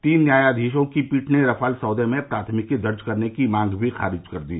तीन न्यायाधीशों की पीठ ने रफाल सौदे में प्राथमिकी दर्ज करने की मांग भी खारिज कर दी